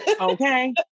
Okay